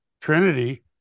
Trinity